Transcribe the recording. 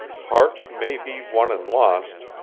hearts may be won and lost,